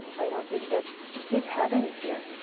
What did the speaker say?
i don't think that kids have any fear.